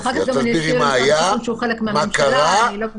אחר כך אני גם אזכיר למשרד השיכון שהוא חלק מהממשלה --- יופי.